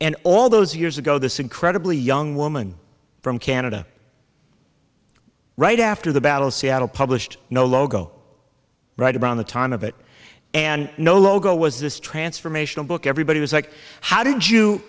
and all those years ago this incredibly young woman from canada right after the battle seattle published you know logo right around the time of it and no logo was this transformational book everybody was like how did you